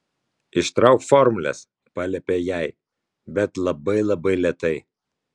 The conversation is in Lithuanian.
ištrauk formules paliepė jai bet labai labai lėtai